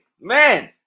Man